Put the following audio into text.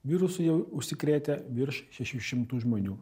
virusu jau užsikrėtę virš šešių šimtų žmonių